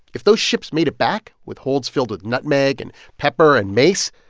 if those ships made it back with holds filled with nutmeg and pepper and mace,